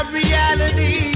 reality